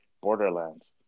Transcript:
Borderlands